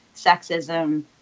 sexism